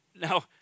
Now